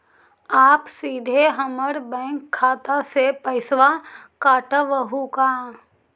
आप सीधे हमर बैंक खाता से पैसवा काटवहु का?